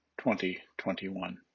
2021